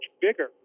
bigger